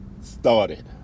started